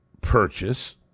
purchase